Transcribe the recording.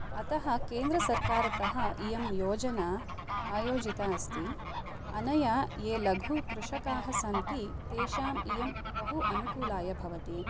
अतः केन्द्रसर्कारतः इयं योजना आयोजिता अस्ति अनया ये लघुकृषकाः सन्ति तेषाम् इयं बहु अनुकूलाय भवति